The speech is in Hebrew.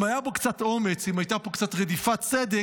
אם היה פה קצת אומץ, אם הייתה פה קצת רדיפת צדק,